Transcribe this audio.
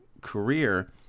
career